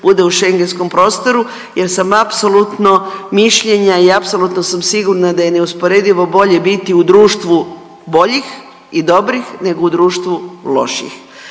bude u Schengenskom prostoru jer sam apsolutno mišljenja i apsolutno sam sigurna da je neusporedivo bolje biti u društvu boljih i dobrih nego u društvu loših.